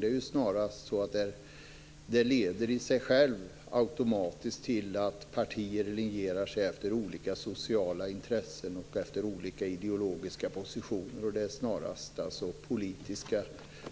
Det är snarare så att den i sig automatiskt leder till att partier linjerar sig efter olika sociala intressen och olika ideologiska positioner. Det är alltså snarast politiska